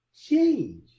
change